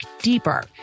deeper